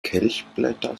kelchblätter